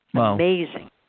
Amazing